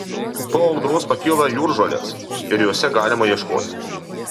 po audros pakyla jūržolės ir jose galima ieškoti